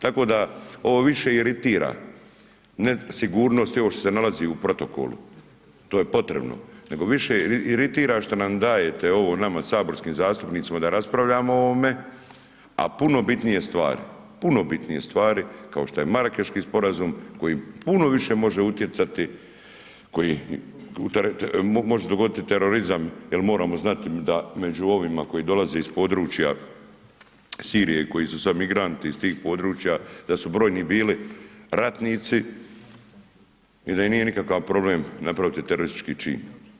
Tako da ovo više iritira, ne sigurnost i ovo što se nalazi u protokolu, to je potrebno nego više iritira što nam dajete ovo nama saborskim zastupnicima da raspravljamo o ovome a puno bitnije stvari, puno bitnije stvari kao što je Marakeški sporazum koji puno više može utjecati, koji može se dogoditi terorizam jer moramo znati da među ovima koji dolaze iz područja Sirije koji su sada migranti iz područja da su brojni bili ratnici i da im nije nikakav problem napraviti teroristički čin.